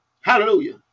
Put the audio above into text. Hallelujah